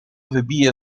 wybiję